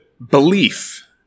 belief